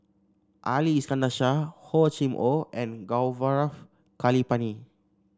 Ali Iskandar Shah Hor Chim Or and Gaurav Kripalani